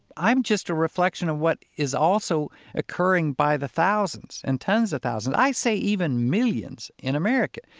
i'm just a reflection of what is also occurring by the thousands and tens of thousands, i say even millions in america.